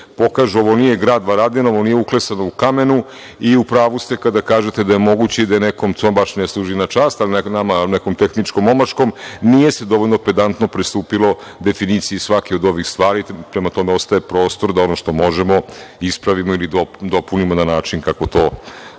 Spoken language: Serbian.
Ovo nije grad Varadin, ovo nije uklesano u kamenu.U pravu ste kada kažete da je moguće i da nekom to baš ne služi na čast, ali nama, nekom tehničkom omaškom, nije se dovoljno pedantno pristupili definiciji svake od ovih stvari. Prema tome, ostaje prostor da ono što možemo ispravimo ili dopunimo na način kako to dolikuje.